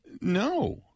no